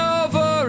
over